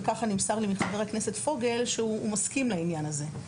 וככה נמסר לי מחבר הכנסת פוגל שהוא מסכים לעניין הזה.